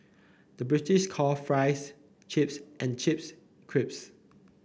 the British call fries chips and chips crisps